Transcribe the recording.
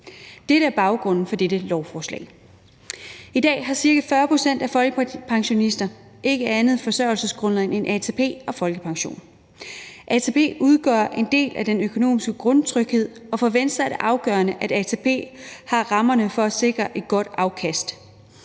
Det er baggrunden for dette lovforslag. I dag har ca. 40 pct. af folkepensionisterne ikke andet forsørgelsesgrundlag end ATP og folkepension. ATP udgør en del af den økonomiske grundtryghed, og for Venstre er det afgørende, at ATP har rammerne for at sikre et godt afkast.